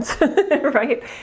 right